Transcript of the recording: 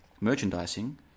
merchandising